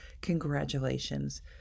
Congratulations